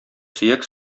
сөяк